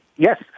Yes